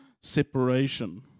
separation